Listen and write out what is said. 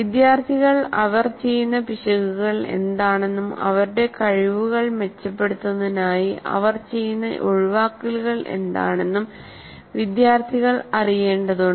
വിദ്യാർത്ഥികൾ അവർ ചെയ്യുന്ന പിശകുകൾ എന്താണെന്നും അവരുടെ കഴിവുകൾ മെച്ചപ്പെടുത്തുന്നതിനായി അവർ ചെയ്യുന്ന ഒഴിവാക്കലുകൾ എന്താണെന്നും വിദ്യാർത്ഥികൾ അറിയേണ്ടതുണ്ട്